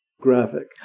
graphic